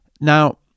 Now